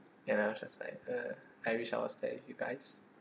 and I was just like uh I wish I was there with you guys